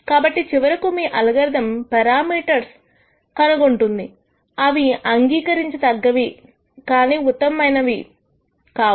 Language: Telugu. కాబట్టి చివరకు మీ అల్గారిథం పెరామీటర్స్ ను కనుగొంటుంది అవి అంగీకరించతగ్గవి కానీ ఉత్తమమైనవి కావు